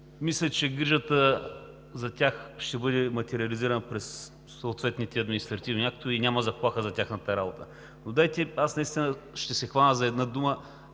Мисля, че грижата за тях ще бъде материализирана през съответните административни актове и няма заплаха за тяхната работа. Аз наистина ще се хвана за едни думи